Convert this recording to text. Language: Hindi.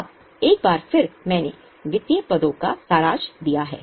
अब एक बार फिर मैंने वित्तीय पदों का सारांश दिया है